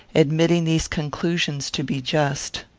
admitting these conclusions to be just.